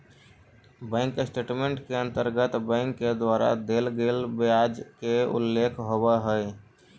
bank statement के अंतर्गत bank के द्वारा देल गेल ब्याज के उल्लेख होवऽ हइ